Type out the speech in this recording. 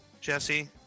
Jesse